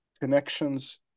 connections